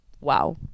Wow